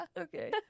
Okay